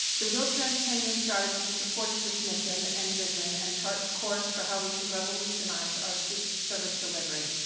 the wheel-trans ten year strategy supports this mission and vision and charts course for how we can revolutionize our so service delivery.